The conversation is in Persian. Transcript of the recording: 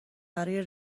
برای